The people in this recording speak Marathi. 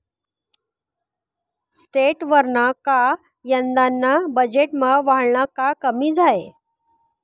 इस्टेटवरना कर यंदाना बजेटमा वाढना का कमी झाया?